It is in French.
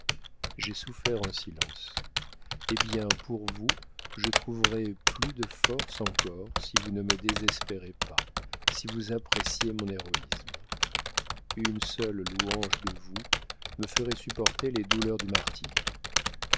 j'ai souffert en silence eh bien pour vous je trouverai plus de force encore si vous ne me désespérez pas si vous appréciez mon héroïsme une seule louange de vous me ferait supporter les douleurs du martyre